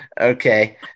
okay